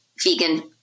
vegan